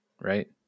right